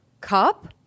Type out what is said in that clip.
cup